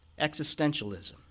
Existentialism